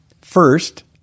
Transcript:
First